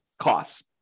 costs